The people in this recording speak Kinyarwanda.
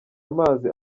amazi